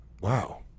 Wow